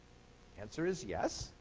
answer is yes,